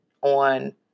on